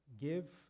give